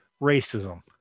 racism